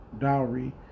dowry